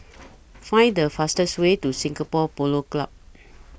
Find The fastest Way to Singapore Polo Club